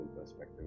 perspective